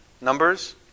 Numbers